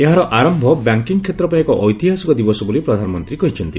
ଏହାର ଆରମ୍ଭ ବ୍ୟାଙ୍କିଙ୍ଗ୍ କ୍ଷେତ୍ର ପାଇଁ ଏକ ଐତିହାସିକ ଦିବସ ବୋଲି ପ୍ରଧାନମନ୍ତ୍ରୀ କହିଛନ୍ତି